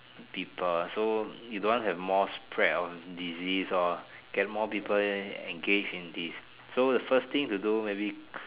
people so you don't want to have more spread of disease orh get more people engaged in this so the first thing to do maybe